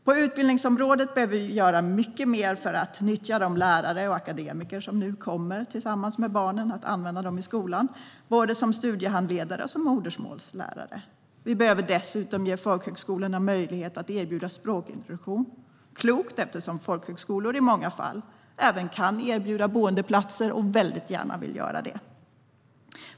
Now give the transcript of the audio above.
På utbildningsområdet behöver vi göra mycket mer för att nyttja de lärare och akademiker som nu kommer tillsammans med barnen och använda dem i skolan som studiehandledare och modersmålslärare. Vi behöver dessutom ge folkhögskolorna möjlighet att erbjuda språkintroduktion. Det är klokt, eftersom folkhögskolor i många fall även kan och väldigt gärna vill erbjuda boendeplatser.